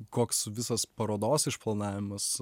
koks visas parodos išplanavimas